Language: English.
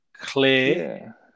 clear